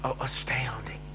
astounding